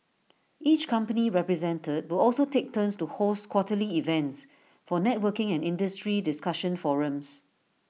each company represented will also take turns to host quarterly events for networking and industry discussion forums